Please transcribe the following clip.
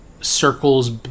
circles